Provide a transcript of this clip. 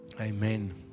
Amen